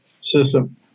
system